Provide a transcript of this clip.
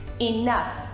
Enough